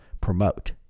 promote